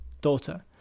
daughter